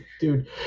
Dude